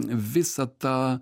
visą tą